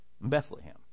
Bethlehem